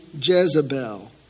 Jezebel